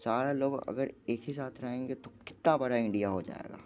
सारे लोग अगर एक ही साथ रहेंगे तो कितना बड़ा इंडिया हो जाएगा